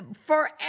forever